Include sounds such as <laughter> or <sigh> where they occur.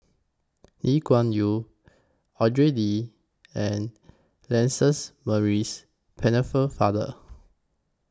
Lee Kuan Yew Andrew Lee and Lances Maurice <unintelligible>